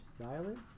silence